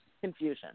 confusion